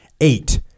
Eight